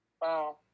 Wow